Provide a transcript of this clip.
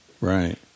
Right